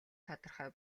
тодорхой